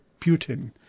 Putin